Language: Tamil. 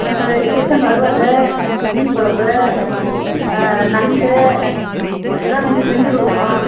ஆ சரி சிக்கன் வறுவல் மீன் கொழம்பு நண்டு எல்லாம் நீங்கள் செஞ்சுக் கொடுக்கணும்